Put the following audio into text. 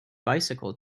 bicycle